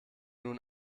nun